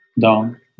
down